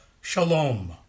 Shalom